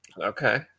Okay